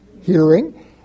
hearing